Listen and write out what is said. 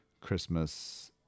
Christmas